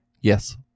Yes